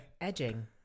edging